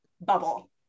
bubble